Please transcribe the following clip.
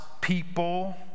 people